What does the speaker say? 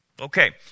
Okay